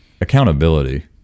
accountability